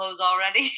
already